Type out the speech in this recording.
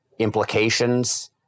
Implications